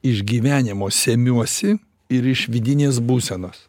išgyvenimo semiuosi ir iš vidinės būsenos